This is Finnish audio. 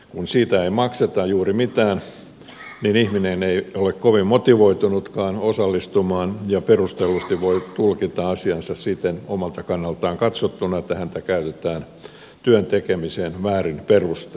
kun siitä ei makseta juuri mitään niin ihminen ei ole kovin motivoitunutkaan osallistumaan ja perustellusti voi tulkita asian omalta kannaltaan katsottuna siten että häntä käytetään työn tekemiseen väärin perustein